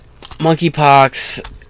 monkeypox